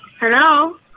Hello